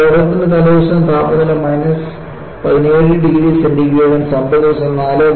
അപകടത്തിന് തലേദിവസം താപനില മൈനസ് 17 ഡിഗ്രി സെന്റിഗ്രേഡും സംഭവ ദിവസം 4